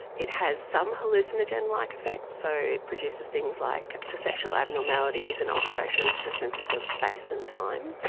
it has some hallucinogen-like effects, so it produces things like perceptual abnormalities and alterations to senses of space and time.